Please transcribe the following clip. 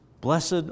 Blessed